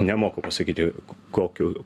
nemoku pasakyti kokiu